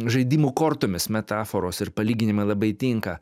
žaidimų kortomis metaforos ir palyginimai labai tinka